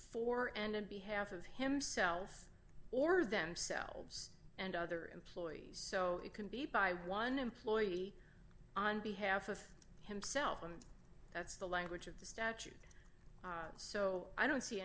for and in behalf of himself or themselves and other employees so it can be by one employee on behalf of himself and that's the language of the statute so i don't see